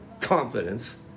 confidence